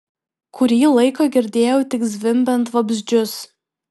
kurį laiką girdėjau tik zvimbiant vabzdžius